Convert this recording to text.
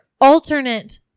alternate